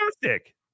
fantastic